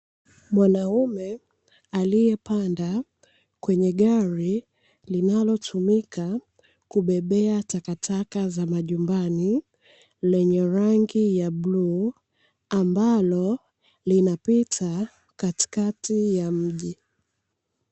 Mwanaume aliyepanda kwenye gari linalotumika kubebea takataka za majumbani, lenye rangi ya bluu. Ambalo linapita katikati ya mji.